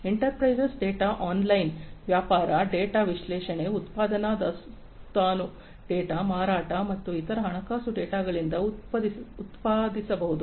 enterprise ಡೇಟಾವನ್ನು online ವ್ಯಾಪಾರ data ವಿಶ್ಲೇಷಣೆ ಉತ್ಪಾದನಾ ದಾಸ್ತಾನು ಡೇಟಾ ಮಾರಾಟ ಮತ್ತು ಇತರ ಹಣಕಾಸು ಡೇಟಾಗಳಿಂದ ಉತ್ಪಾದಿಸಬಹುದು